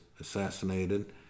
assassinated